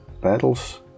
Battles